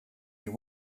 you